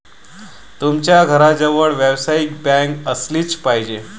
तुमच्या घराजवळ व्यावसायिक बँक असलीच पाहिजे